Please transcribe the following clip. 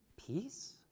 Peace